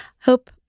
hope